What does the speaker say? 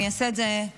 אני אעשה את זה קצר.